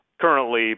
Currently